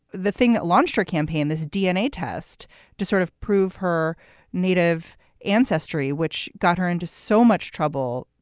the thing that launched her campaign, this dna test to sort of prove her native ancestry, which got her into so much trouble.